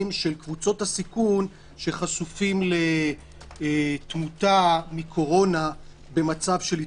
של קבוצות הסיכון שחשופים לתמותה מקורונה במצב של התפרצות?